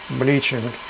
bleaching